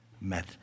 met